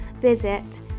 visit